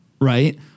right